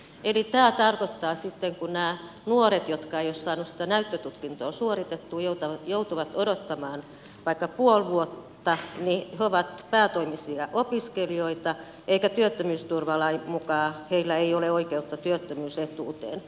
eli tämä tarkoittaa sitä että nämä nuoret jotka eivät ole saaneet sitä näyttötutkintoa suoritettua ja joutuvat odottamaan vaikka puoli vuotta ovat päätoimisia opiskelijoita eikä työttömyysturvalain mukaan heillä ole oikeutta työttömyysetuuteen